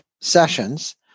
sessions